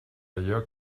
allò